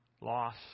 Loss